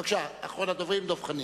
בבקשה, אחרון הדוברים, חבר הכנסת דב חנין.